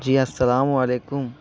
جی السلام علیکم